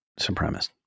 supremacist